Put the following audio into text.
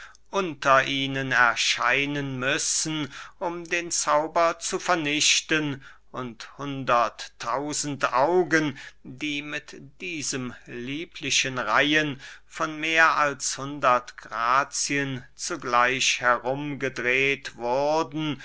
unter ihnen erscheinen müssen um den zauber zu vernichten und hundert tausend augen die mit diesem lieblichen reihen von mehr als hundert grazien zugleich herum gedreht wurden